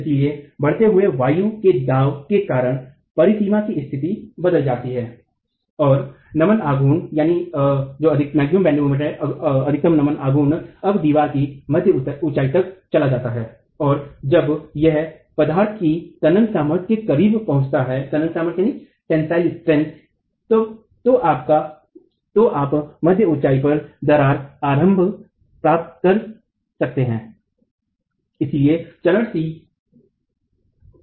इसलिए बढ़ते वायु के दबाव के कारण परिसीमा की स्थिति बदल जाती है और अधिकतम नमन आघूर्ण अब दीवार की मध्य ऊंचाई तक चला जाता है और जब यह पदार्थ की तनन सामर्थ के करीब पहुंचता है तो आप मध्य ऊंचाई पर दरार आरंभ प्राप्त कर सकते हैं